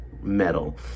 metal